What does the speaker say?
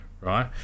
right